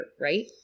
right